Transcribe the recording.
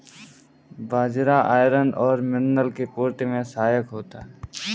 बाजरा iron और mineral की पूर्ति में सहायक होता है